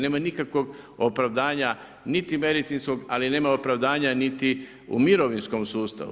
Nema nikakvog opravdanja niti medicinskog, ali nema opravdanja niti u mirovinskom sustavu.